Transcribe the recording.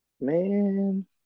Man